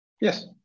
Yes